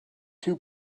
too